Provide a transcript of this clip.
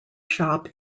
shop